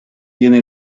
tiene